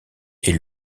est